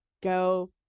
go